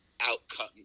outcome